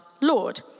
Lord